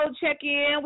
check-in